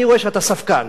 אני רואה שאתה ספקן,